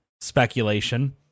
speculation